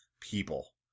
people